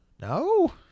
No